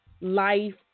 life